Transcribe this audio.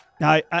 Now